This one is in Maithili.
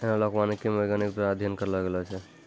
एनालाँक वानिकी मे वैज्ञानिक द्वारा अध्ययन करलो गेलो छै